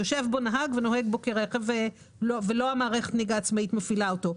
יושב בו נהג ונוהג בו כך שלא המערכת העצמאית מפעילה את הרכב,